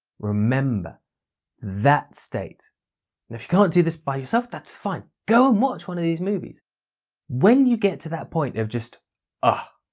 remember that state and if you can't do this by yourself that's fine go and watch one of these movies when you get to that point of just ah.